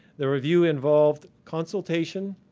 the review involved consultation,